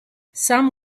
some